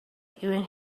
between